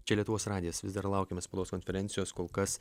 čia lietuvos radijas vis dar laukiame spaudos konferencijos kol kas